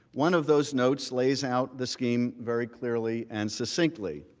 one of those notes, lays out the scheme very clearly, and distinctly.